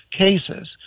cases